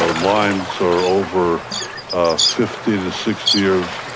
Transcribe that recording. ah lines are over um fifty to sixty years,